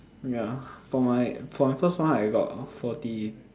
ya for my for the first one I got forty